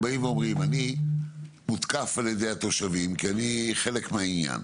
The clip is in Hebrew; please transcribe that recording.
הם באים ואומרים: אני מותקף על-ידי התושבים כי אני חלק מהעניין.